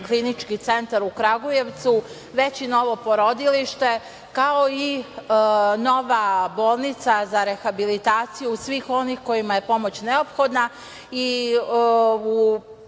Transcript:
klinički centar u Kragujevcu, već i novo porodilište, kao i nova bolnica za rehabilitaciju svih onih kojima je pomoć neophodna.U